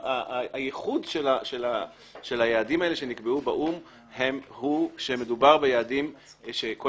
הייחוד של היעדים האלה שנקבעו באו"ם הוא שמדובר ביעדים שכל